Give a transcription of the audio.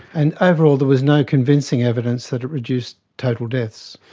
and overall there was no convincing evidence that it reduced total deaths.